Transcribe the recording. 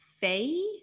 Faye